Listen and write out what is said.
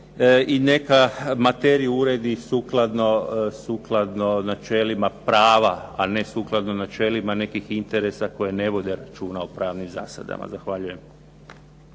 i neka materiju uredi sukladno načelima prava a ne sukladno načelima nekih interesa koji ne vode računa o pravnim zasadama. Zahvaljujem.